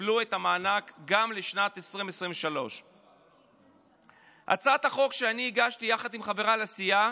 קיבלו את המענק גם לשנת 2023. הצעת החוק שאני הגשתי יחד עם חבריי לסיעה